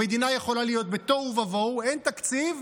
המדינה יכולה להיות בתוהו ובוהו, אין תקציב,